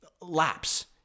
lapse